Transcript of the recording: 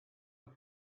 with